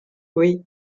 oui